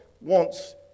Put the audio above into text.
wants